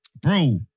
Bro